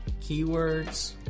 keywords